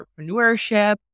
entrepreneurship